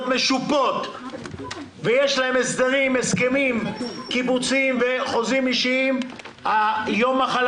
ייזקף על חשבון ימי המחלה